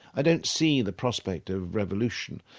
i don't see the prospect of revolution,